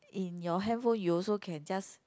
in your handphone you also can just